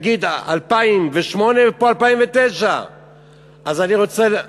נגיד, 2008, ופה, 2009. אז אני רוצה,